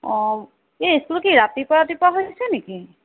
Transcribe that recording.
অঁ এই স্কুল কি ৰাতিপুৱা ৰাতিপুৱা হৈ আছে নেকি